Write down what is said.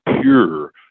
pure